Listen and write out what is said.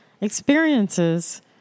experiences